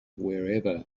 wherever